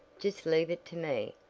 just leave it to me.